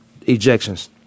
ejections